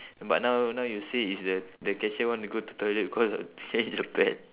but now now you say it's the the cashier want to go to toilet because change the pad